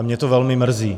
Mě to velmi mrzí.